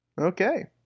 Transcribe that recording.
Okay